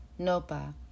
Nopa